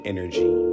Energy